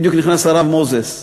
בדיוק נכנס הרב מוזס,